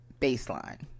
baseline